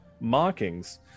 markings